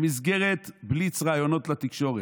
במסגרת בליץ ראיונות לתקשורת: